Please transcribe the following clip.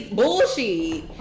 bullshit